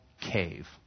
cave